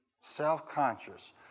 Self-conscious